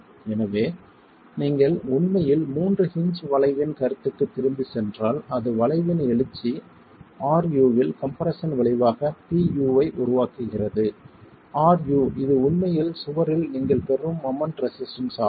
எனவே நீங்கள் உண்மையில் மூன்று ஹின்ஜ் வளைவின் கருத்துக்கு திரும்பிச் சென்றால் அது வளைவின் எழுச்சி ru வில் கம்ப்ரெஸ்ஸன் விளைவாக Pu உருவாக்குகிறது ru இது உண்மையில் சுவரில் நீங்கள் பெறும் மெமென்ட் ரெசிஸ்டன்ஸ் ஆகும்